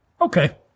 Okay